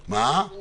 מה זה הדבר הזה?